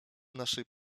naszej